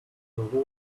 global